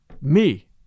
Me